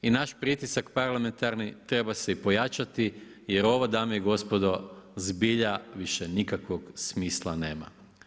I naj pritisak parlamentarni treba se i pojačati jer ovo dame i gospodo zbilja već nikakvog smisla nema.